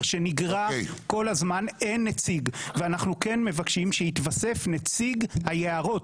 שנגרע כל הזמן אין נציג ואנחנו כן מבקשים שיתווסף נציג היערות,